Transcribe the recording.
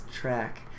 track